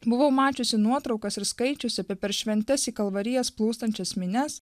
buvau mačiusi nuotraukas ir skaičiusi apie per šventes į kalvarijas plūstančias minias